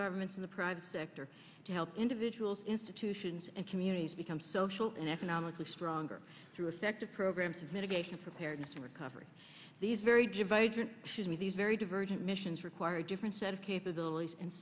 governments in the private sector to help individuals institutions and communities become socially and economically stronger through effective programs of mitigation preparedness and recovery these very divisive these very divergent missions require a different set of capabilities and